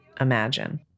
imagine